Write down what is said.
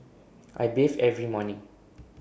I bathe every morning